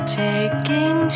taking